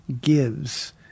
gives